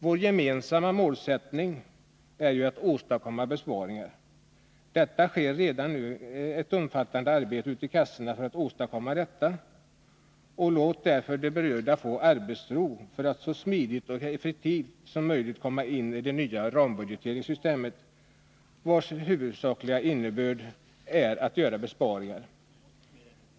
Vår gemensamma målsättning är ju att åstadkomma besparingar. Det pågår redan nu ett omfattande arbete ute i kassorna för att åstadkomma detta. Låt därför de berörda få arbetsro så att de så smidigt och effektivt som möjligt kan komma in i det nya rambudgeteringssystemet, vars huvudsakliga innebörd är att göra besparingar.